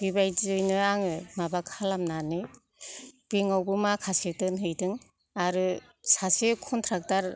बेबादियैनो आङो माबा खालामनानै बेंकआवबो माखासे दोनहैदों आरो सासे कनट्रेकतर